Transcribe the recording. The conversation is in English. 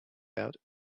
out